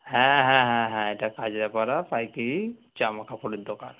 হ্যাঁ হ্যাঁ হ্যাঁ হ্যাঁ এটা কাজরাপাড়া পাইকারি জামা কাপড়ের দোকান